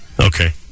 Okay